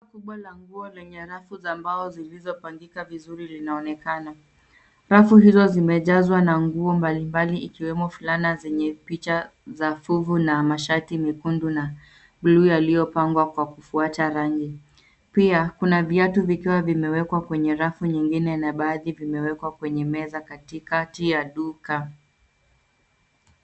Duka kubwa la nguo lenye rafu za mbao zilizopangika vizuri linaonekana. Rafu hizo zimejazwa na nguo mbali mbali ikiwemo fulana zenye picha za fuvu na mashati mekundu na bluu yaliyopangwa kwa kufuata rangi. Pia, kuna viatu vikiwa vimewekwa kwenye rafu nyingine na baadhi vimewekwa kwenye meza katikati ya duka.